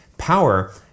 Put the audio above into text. Power